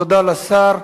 תודה לשר.